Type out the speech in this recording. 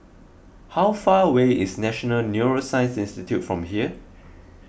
how far away is National Neuroscience Institute from here